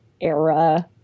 era